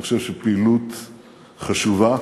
אני חושב שפעילות חשובה,